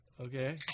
Okay